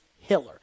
hiller